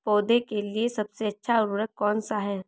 पौधों के लिए सबसे अच्छा उर्वरक कौनसा हैं?